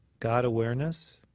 god-awareness